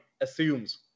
assumes